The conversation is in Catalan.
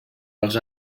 els